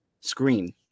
screen